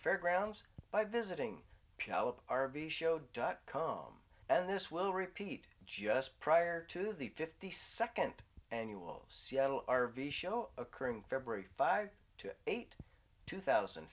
fairgrounds by visiting pal of r v show dot com and this will repeat just prior to the fifty second annual seattle r v show occurring february five to eight two thousand